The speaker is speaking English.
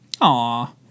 Aw